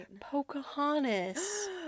Pocahontas